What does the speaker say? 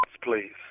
please